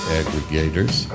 aggregators